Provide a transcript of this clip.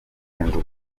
ibihugu